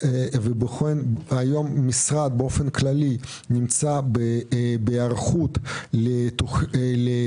היום המשרד באופן כללי נמצא בהיערכות לבניית